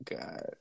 God